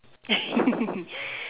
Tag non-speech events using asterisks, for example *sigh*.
*laughs*